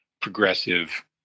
progressive